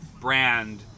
brand